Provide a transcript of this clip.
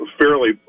fairly